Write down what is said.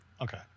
okay